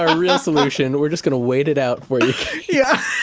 ah real solution, we're just going to wait it out for you, yeah